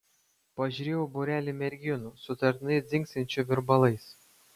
pažiūrėjau į būrelį merginų sutartinai dzingsinčių virbalais